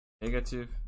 Negative